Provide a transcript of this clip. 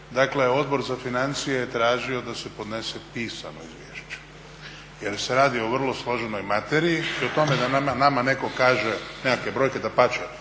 Dakle, Odbor za financije je tražio da se podnese pisano izvješće, jer se radi o vrlo složenoj materiji. I o tome da nama netko kaže nekakve brojke, dapače